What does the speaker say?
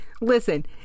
Listen